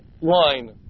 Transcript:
line